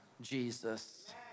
Jesus